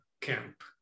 camp